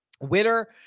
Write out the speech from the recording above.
winner